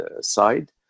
side